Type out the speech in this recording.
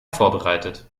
vorbereitet